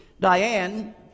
Diane